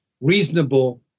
reasonable